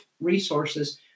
resources